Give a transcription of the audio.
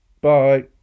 bye